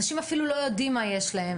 אנשים אפילו לא יודעים מה יש להם,